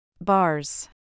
Bars